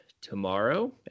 tomorrow